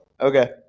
Okay